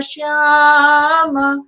Shama